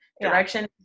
Direction